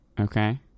okay